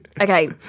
Okay